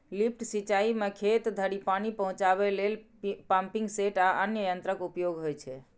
lift सिंचाइ मे खेत धरि पानि पहुंचाबै लेल पंपिंग सेट आ अन्य यंत्रक उपयोग होइ छै